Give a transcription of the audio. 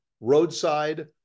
roadside